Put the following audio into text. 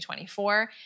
2024